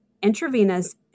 intravenous